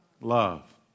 love